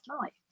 life